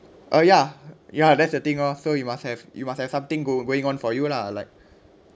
oh ya ya that's the thing orh so you must have you must have something go~ going on for you lah like